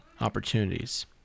opportunities